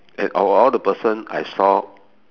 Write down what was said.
and of all the person I saw